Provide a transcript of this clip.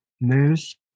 news